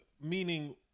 meaning